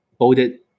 bolded